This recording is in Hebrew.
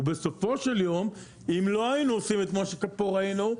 ובסופו של יום אם לא היינו עושים את מה שפה ראינו,